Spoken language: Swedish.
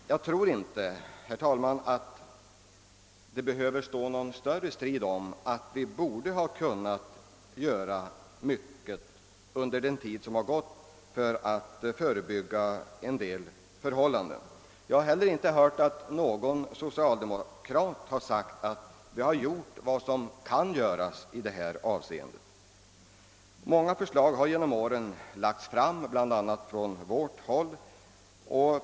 Jag tror inte, herr talman, att det behöver stå någon större strid kring uppfattningen att vi borde ha kunnat göra mycket under den tid som har gått för att förebygga en del missförhållanden. Jag har heller inte hört att någon socialdemokrat har sagt att vi har gjort vad som rimligen kan göras i detta avseende. Många förslag har genom åren lagts fram, bl.a. från vårt håll.